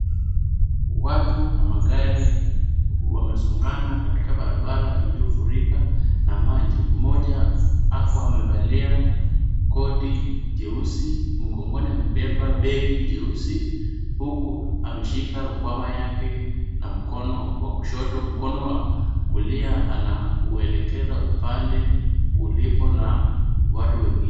Watu na magari wamesongana katika barabara iliyofurika na maji. Mmoja ako amevalia koti jeusi, mgongoni amebeba begi jeusi huku ameshika rukwama yake na mkono wa kushoto. Mkono wa kulia anauelekeza upande ulipo na watu wengine.